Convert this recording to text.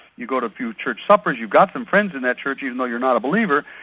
you go to a few church suppers, you've got some friends in that church even though you're not a believer.